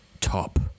top